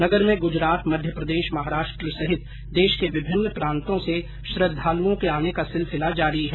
नगर में गुजरात मध्यप्रदेश महाराष्ट्र सहित देश के विभिन्न प्रांतों से श्रद्वालुओं के आने का सिलसिला जारी है